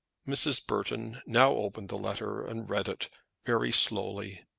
mrs. burton now opened the letter and read it very slowly.